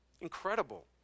Incredible